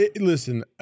listen